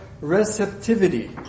receptivity